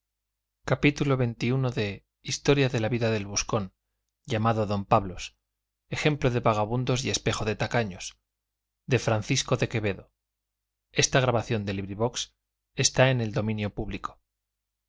gutenberg ebook historia historia de la vida del buscón llamado don pablos ejemplo de vagamundos y espejo de tacaños de francisco de quevedo y villegas libro primero capítulo i en que